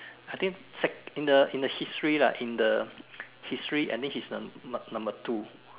I think sec~ in the in the history lah in this history I think he's the num~ number two